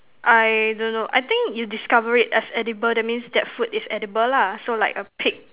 I don't know I think you discover it as edible that means that food is edible lah so like a pig